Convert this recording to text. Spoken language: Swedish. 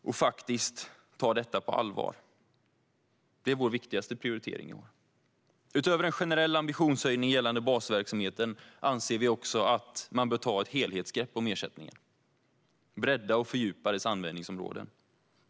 Frågan måste tas på allvar. Det är vår viktigaste prioritering i år. Utöver en generell ambitionshöjning gällande basverksamheten anser vi också att man bör ta ett helhetsgrepp om ersättningen och bredda och fördjupa dess användningsområden.